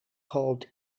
called